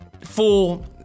full